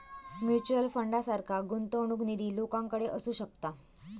mutual फंडासारखा गुंतवणूक निधी लोकांकडे असू शकता